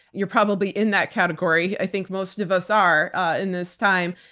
you're probably in that category, i think most of us are in this time.